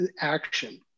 action